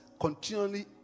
continually